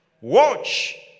Watch